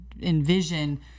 envision